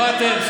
לא אתם.